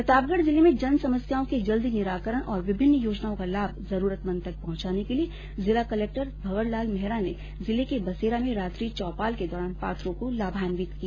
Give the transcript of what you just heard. प्रतापगढ जिले में जन समस्याओं के जल्दी निराकरण और विभिन्न योजनाओं का लाभ जरूरतमंद तक पहुंचाने के लिये जिला कलक्टर भंवर लाल मेहरा ने जिले के बसेरा में रात्रि चौपाल के दौरान पात्रों को लाभान्वित किया